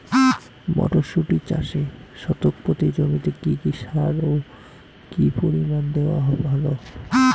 মটরশুটি চাষে শতক প্রতি জমিতে কী কী সার ও কী পরিমাণে দেওয়া ভালো?